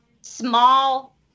small